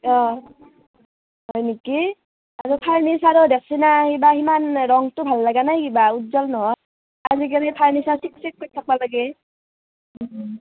অঁ হয় নিকি ফাৰ্নিচাৰো দেখিছে নে বা ইমান ৰংটো ভাল লগা নাই কিবা উজ্জ্বল নহয় আজিকালি ফাৰ্নিচাৰ চিক চিকীয়া হৈ থাকিব লাগে